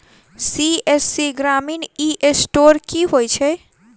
CSC ग्रामीण e store की होइ छै?